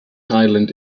island